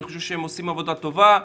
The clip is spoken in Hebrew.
אני חושב שהם עושים עבודה טובה,